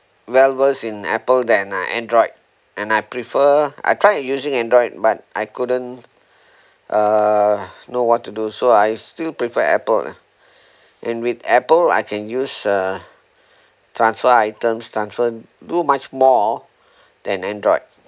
well versed in apple than I android and I prefer I try and using android but I couldn't uh know what to do so I still prefer apple ah and with apple I can use uh transfer items transfer do much more than android